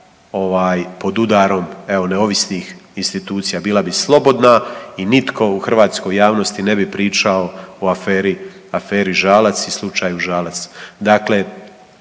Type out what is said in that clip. pod udarom neovisnih institucija, bila bi slobodna i nitko u hrvatskoj javnosti ne bi pričao o aferi Žalac i slučaju Žalac.